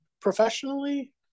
professionally